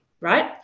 right